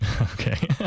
Okay